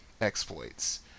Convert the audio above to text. exploits